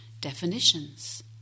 definitions